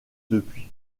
depuis